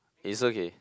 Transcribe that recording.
it's okay